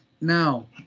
Now